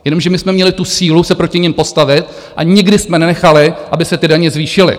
Jenomže my jsme měli tu sílu se proti nim postavit a nikdy jsme nenechali, aby se daně zvýšily.